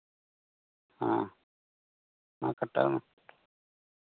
ᱦᱮᱸ ᱢᱟ ᱠᱟᱴᱟᱣ ᱢᱮ